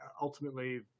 ultimately